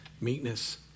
meekness